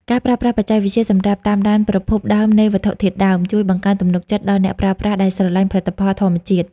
ការប្រើប្រាស់បច្ចេកវិទ្យាសម្រាប់តាមដានប្រភពដើមនៃវត្ថុធាតុដើម ជួយបង្កើនទំនុកចិត្តដល់អ្នកប្រើប្រាស់ដែលស្រឡាញ់ផលិតផលធម្មជាតិ។